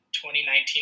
2019